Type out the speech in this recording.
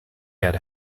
had